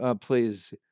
please